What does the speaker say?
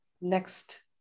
next